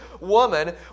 woman